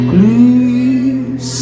Please